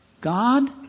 God